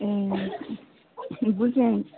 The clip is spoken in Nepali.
ए बुझेँ